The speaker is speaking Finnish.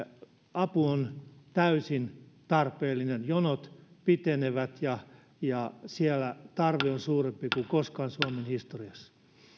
apu on täysin tarpeellinen jonot pitenevät ja ja siellä tarve on suurempi kuin koskaan suomen historiassa